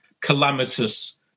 calamitous